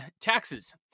taxes